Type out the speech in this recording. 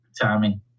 Tommy